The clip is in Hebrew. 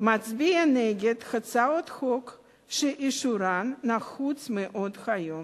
מצביעה נגד הצעות חוק שאישורן נחוץ מאוד היום.